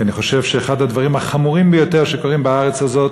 כי אני חושב שאחד הדברים החמורים ביותר שקורים בארץ הזאת